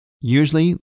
Usually